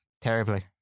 terribly